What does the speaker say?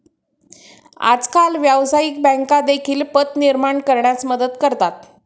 आजकाल व्यवसायिक बँका देखील पत निर्माण करण्यास मदत करतात